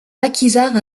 maquisards